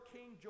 King